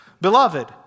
Beloved